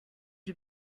you